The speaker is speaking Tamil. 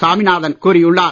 சாமிநாதன் கூறியுள்ளார்